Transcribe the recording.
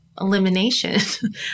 elimination